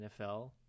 NFL